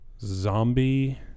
zombie